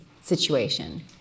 situation